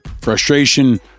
frustration